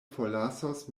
forlasos